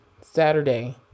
Saturday